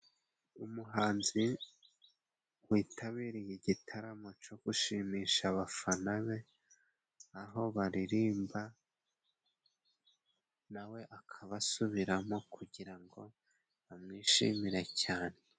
Umuhanzi witabiriye igitaramo co gushimisha abafana be, aho baririmba na we akabasubiramo kugira ngo bamwishimire cyane.